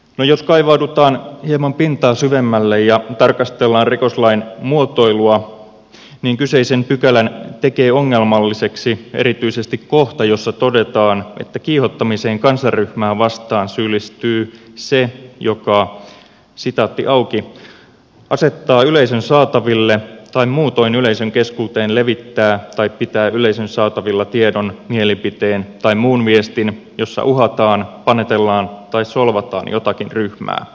no jos kaivaudutaan hieman pintaa syvemmälle ja tarkastellaan rikoslain muotoilua niin kyseisen pykälän tekee ongelmalliseksi erityisesti kohta jossa todetaan että kiihottamiseen kansanryhmää vastaan syyllistyy se joka asettaa yleisön saataville tai muutoin yleisön keskuuteen levittää tai pitää yleisön saatavilla tiedon mielipiteen tai muun viestin jossa uhataan panetellaan tai solvataan jotakin ryhmää